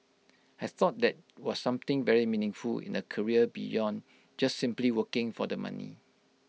I thought that was something very meaningful in A career beyond just simply working for the money